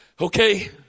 Okay